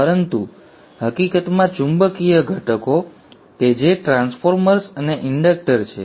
પરંતુ વધુ હકીકતમાં ચુંબકીય ઘટકો કે જે ટ્રાન્સફોર્મર્સ અને ઇન્ડક્ટર છે